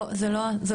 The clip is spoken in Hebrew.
לא, זה לא ההסכמה.